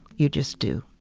you just do